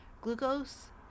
Glucose